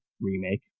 remake